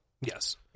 Yes